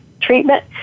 treatment